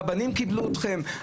רבנים קיבלו אתכם,